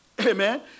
Amen